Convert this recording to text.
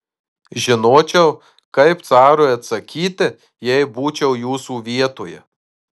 žinočiau kaip carui atsakyti jei būčiau jūsų vietoje